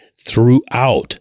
throughout